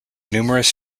numerous